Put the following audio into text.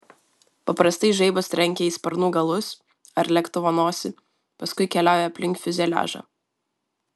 paprastai žaibas trenkia į sparnų galus ar lėktuvo nosį paskui keliauja aplink fiuzeliažą